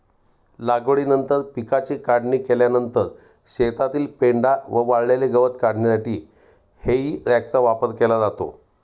लागवडीनंतर पिकाची काढणी केल्यानंतर शेतातील पेंढा व वाळलेले गवत काढण्यासाठी हेई रॅकचा वापर केला जातो